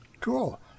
Cool